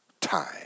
time